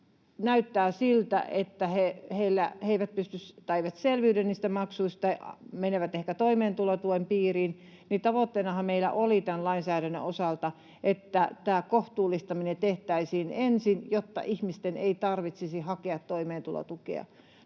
näyttää siltä, että he eivät selviydy niistä maksuista, menevät ehkä toimeentulotuen piiriin, niin tämä kohtuullistaminen tehtäisiin ensin, jotta ihmisten ei tarvitsisi hakea toimeentulotukea.